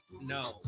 no